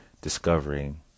discovering